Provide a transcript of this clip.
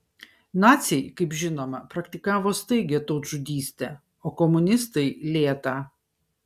naciai kaip žinoma praktikavo staigią tautžudystę o komunistai lėtą